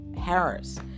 Harris